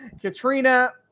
Katrina